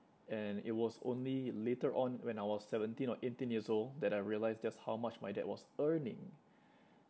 and it was only later on when I was seventeen or eighteen years old that I realised just how much my dad was earning